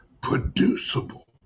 producible